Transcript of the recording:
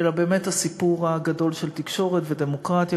אלא באמת הסיפור הגדול של תקשורת ודמוקרטיה